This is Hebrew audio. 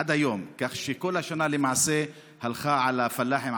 כך שכל השנה למעשה הלכה על הפלאחים,